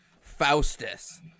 Faustus